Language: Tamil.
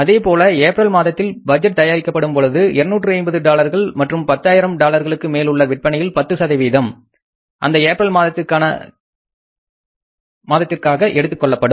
அதேபோல ஏப்ரல் மாதத்தில் பட்ஜெட் தயாரிக்கப்படும் பொழுது 250 டாலர்கள் மற்றும் பத்தாயிரம் டாலர்களுக்கு மேல் உள்ள விற்பனையில் 10 அந்த ஏப்ரல் மாதத்திற்காக எடுத்துக் கொள்ளப்படும்